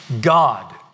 God